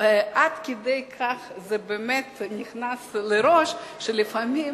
עד כדי כך זה נכנס לראש, שלפעמים